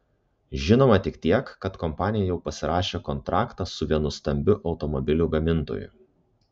žinoma tik tiek kad kompanija jau pasirašė kontraktą su vienu stambiu automobilių gamintoju